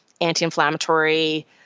anti-inflammatory